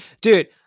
dude